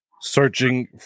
searching